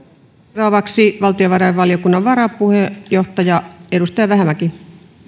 seuraavaksi valtiovarainvaliokunnan varapuheenjohtaja edustaja vähämäki kiitos puhemies